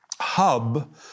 hub